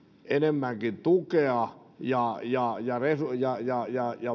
enemmänkin tukea ja ja